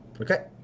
okay